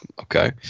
Okay